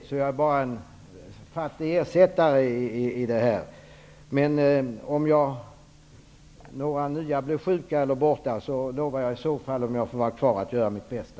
Herr talman! Som Monica Widnemark vet är jag bara en fattig ersättare här. Om någon mer blir sjuk eller borta och jag får vara kvar lovar jag att göra mitt bästa.